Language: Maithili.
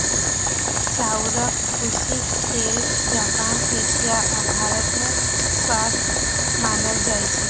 चाउरक भूसीक तेल जापान, एशिया आ भारत मे स्वस्थ मानल जाइ छै